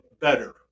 better